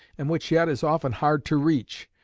and which yet is often hard to reach,